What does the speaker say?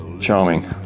Charming